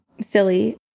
silly